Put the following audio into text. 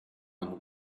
and